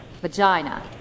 Vagina